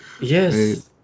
yes